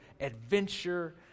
adventure